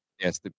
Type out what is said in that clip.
Yes